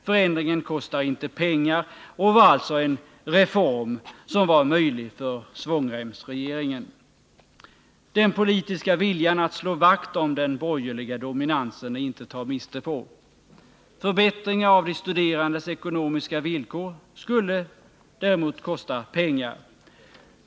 Förändringen kostar inte pengar och var alltså en ”reform” som var möjlig för svångremsregeringen. Den politiska viljan att slå vakt om den borgerliga dominansen är inte att ta miste på. Förbättringar av de studerandes ekonomiska villkor skulle däremot kosta pengar.